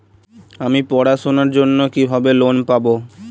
আমি পড়াশোনার জন্য কিভাবে লোন পাব?